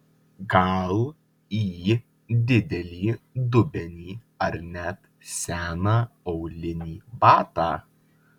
gal į didelį dubenį ar net seną aulinį batą